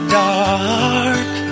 dark